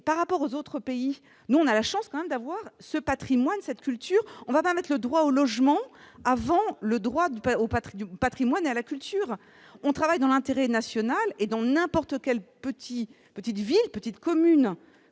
par rapport aux autres pays, nous avons la chance d'avoir ce patrimoine, cette culture. On ne va pas faire passer le droit au logement avant le droit au patrimoine et à la culture ! On travaille dans l'intérêt national et, dans n'importe quelle petite ville, n'importe